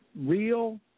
real